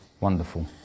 wonderful